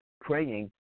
praying